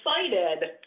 excited